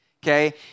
Okay